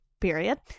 period